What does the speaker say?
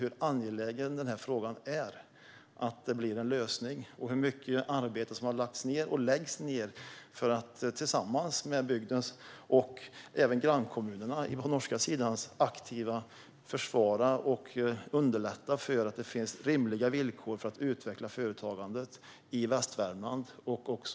Det har lagts ned och läggs ned mycket arbete för att tillsammans med bygden och grannkommunerna på den norska sidan aktivt försvara och underlätta rimliga villkor för att utveckla företagandet i Västvärmland.